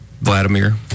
Vladimir